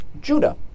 Judah